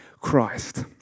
Christ